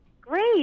Great